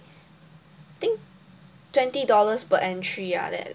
I think twenty dollars per entry ah like that